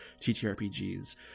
TTRPGs